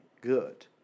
good